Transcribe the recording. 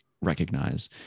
recognize